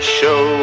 show